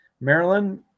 Maryland